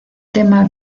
tema